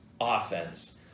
offense